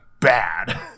bad